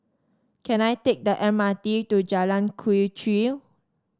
can I take the M R T to Jalan Quee Chew